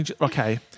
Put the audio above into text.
okay